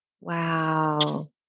Wow